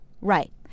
Right